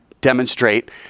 demonstrate